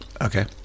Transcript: Okay